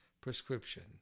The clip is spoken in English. prescription